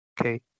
Okay